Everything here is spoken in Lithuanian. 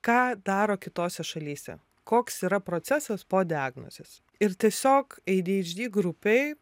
ką daro kitose šalyse koks yra procesas po diagnozės ir tiesiog ei dy eidž dy grupėj